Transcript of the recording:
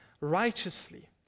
righteously